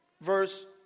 verse